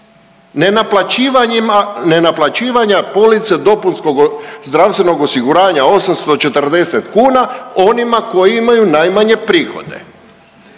nenaplaćivanja police dopunskog zdravstvenog osiguranja 840 kuna onima koji imaju najmanje prihode.